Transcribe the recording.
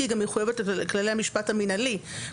היא גם מחויבת לכללי המשפט המנהלי,